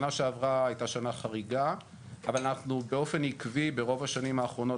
שנה שעברה הייתה שנה חריגה אבל אנחנו באופן עקבי ברוב השנים האחרונות